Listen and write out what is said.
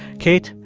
kate,